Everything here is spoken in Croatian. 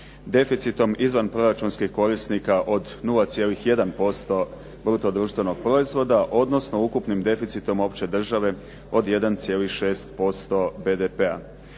deficitom izvanproračunskih korisnika od 0,1% bruto društvenog proizvoda odnosno ukupnim deficitom opće države od 1,6% BDP-a.